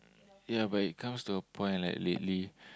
ya but it comes to a point like lately